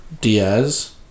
Diaz